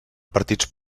partits